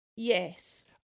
Yes